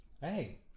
Hey